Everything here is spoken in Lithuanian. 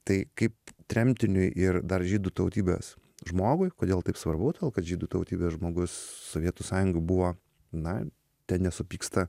tai kaip tremtiniui ir dar žydų tautybės žmogui kodėl taip svarbu kad žydų tautybės žmogus sovietų sąjungoj buvo na tenesupyksta